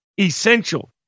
Essential